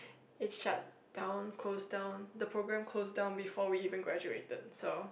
it shut down close down the program closed down before we even graduated so